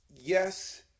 yes